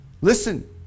Listen